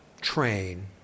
train